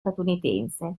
statunitense